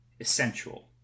essential